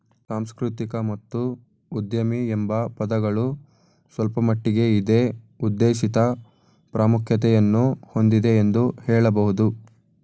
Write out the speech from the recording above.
ಸಾಂಸ್ಕೃತಿಕ ಮತ್ತು ಉದ್ಯಮಿ ಎಂಬ ಪದಗಳು ಸ್ವಲ್ಪಮಟ್ಟಿಗೆ ಇದೇ ಉದ್ದೇಶಿತ ಪ್ರಾಮುಖ್ಯತೆಯನ್ನು ಹೊಂದಿದೆ ಎಂದು ಹೇಳಬಹುದು